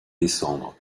descendre